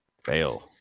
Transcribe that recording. fail